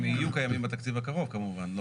הם יהיו קיימים בתקציב הקרוב כמובן.